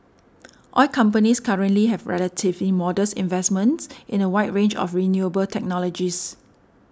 oil companies currently have relatively modest investments in a wide range of renewable technologies